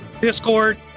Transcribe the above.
Discord